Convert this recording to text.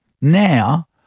Now